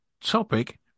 topic